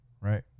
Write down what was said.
Right